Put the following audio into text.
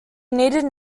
needed